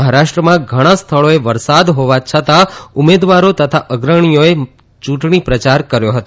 મહારાષ્ટ્રમાં ઘણાં સ્થળોએ વરસાદ હોવા છતાં ઉમેદવારો તથા અગ્રણીઓએ યૂંટણી પ્રચાર કર્યો ફતો